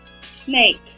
Snake